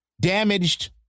damaged